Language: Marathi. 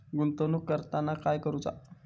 गुंतवणूक करताना काय करुचा?